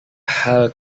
hal